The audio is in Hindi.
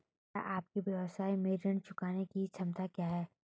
क्या आपके व्यवसाय में ऋण चुकाने की क्षमता है?